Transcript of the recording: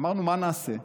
אמרנו: מה נעשה,